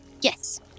Yes